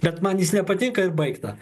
bet man jis nepatinka ir baigta